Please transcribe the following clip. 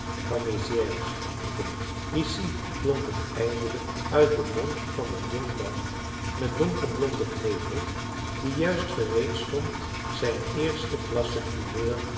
van mezières roepend ici klonk het eindelijk uit den mond van een jongman met donkerblonden knevel die juist gereed stond zijn eerste klasse